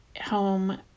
home